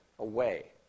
Away